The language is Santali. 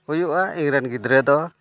ᱦᱩᱭᱩᱜᱼᱟ ᱤᱧ ᱨᱮᱱ ᱜᱤᱫᱽᱨᱟᱹ ᱫᱚ